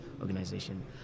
organization